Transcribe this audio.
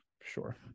Sure